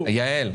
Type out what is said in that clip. יעל,